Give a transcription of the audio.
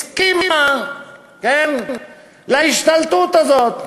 הסכימה להשתלטות הזאת.